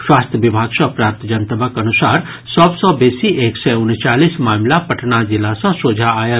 स्वास्थ्य विभाग सॅ प्राप्त जनतबक अनुसार सभ सॅ बेसी एक सय उनचालीस मामिला पटना जिला सॅ सोझा आयल